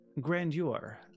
grandeur